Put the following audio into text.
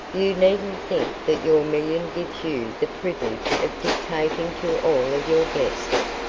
you needn't think that your million gives you the privilege of dictating to all of your guests.